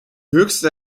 höchste